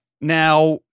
Now